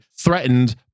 threatened